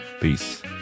Peace